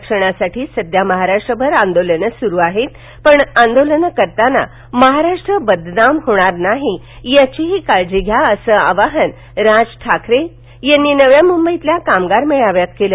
आरक्षणासाठी सध्या महाराष्ट्रभर आंदोलनं सुरू आहे पण आंदोलनं करताना महाराष्ट्र बदनाम होणार नाही याचीही काळजी घ्या असं आवाहन राज ठाकरे यांनी नवी मुंबईतल्या कामगार मेळाव्यात केलं